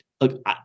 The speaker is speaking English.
look